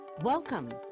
Welcome